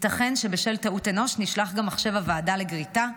ייתכן שבשל טעות אנוש נשלח גם מחשב הוועדה לגריטה,